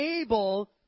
able